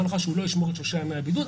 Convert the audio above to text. הנחה שהוא לא ישמור את שלושת ימי הבידוד,